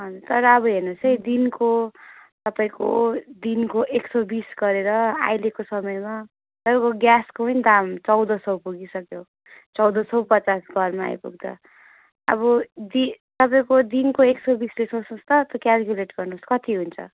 हजुर तर अब हेर्नुहोसै दिनको तपाईँको दिनको एक सय बिस गरेर अहिलेको समयमा तपाईँको ग्यासको पनि दाम चौध सय पुगिसक्यो चौध सय पचास घरमा आइपुग्दा अब दी तपाईँको दिनको एक सय बिसले सोच्नुहोस् त त्यो क्यालकुलेट गर्नुहोस् कति हुन्छ